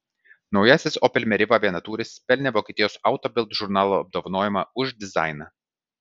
naujasis opel meriva vienatūris pelnė vokietijos auto bild žurnalo apdovanojimą už dizainą